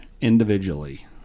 individually